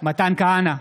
מתן כהנא,